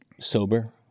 sober